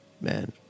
man